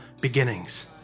beginnings